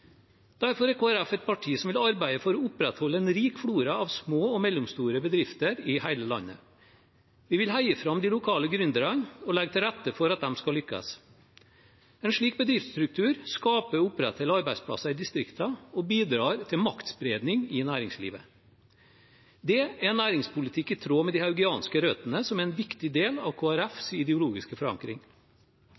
Derfor er Kristelig Folkeparti et parti som vil arbeide for å opprettholde en rik flora av små og mellomstore bedrifter i hele landet. Vi vil heie fram de lokale gründerne og legge til rette for at de skal lykkes. En slik bedriftsstruktur skaper og opprettholder arbeidsplasser i distriktene og bidrar til maktspredning i næringslivet. Det er næringspolitikk i tråd med de haugianske røttene, som er en viktig del av